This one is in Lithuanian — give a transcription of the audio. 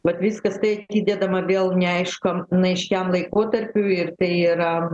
vat viskas tai atidedama vėl neaiškam neaiškiam laikotarpiui ir yra